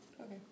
Okay